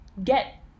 get